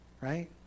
right